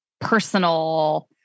personal